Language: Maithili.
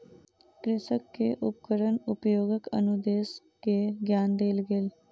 कृषक के उपकरण उपयोगक अनुदेश के ज्ञान देल गेल